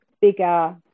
bigger